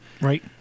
Right